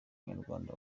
abanyarwanda